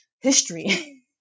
history